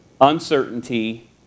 Uncertainty